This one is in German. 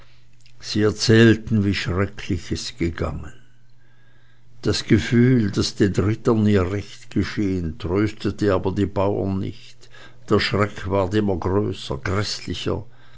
sie erzählten wie schrecklich es gegangen das gefühl daß den rittern ihr recht geschehen tröstete aber die bauren nicht der schreck ward immer größer